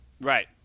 Right